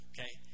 Okay